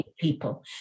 people